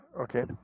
Okay